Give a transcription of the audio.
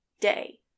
day